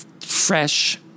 fresh